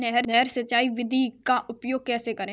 नहर सिंचाई विधि का उपयोग कैसे करें?